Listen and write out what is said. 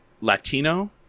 Latino